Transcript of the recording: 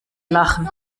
lachen